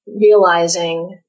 realizing